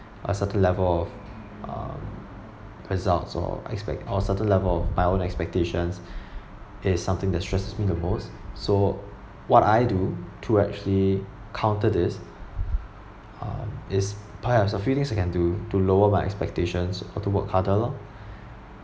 a certain level of um results or expect~ or certain level of my own expectations is something that stresses me the most so what I do to actually counter this um is tell yourself few things you can do to lower my expectations or to work harder lor